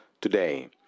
Today